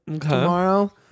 tomorrow